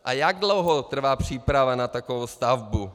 A jak dlouho trvá příprava na takovou stavbu?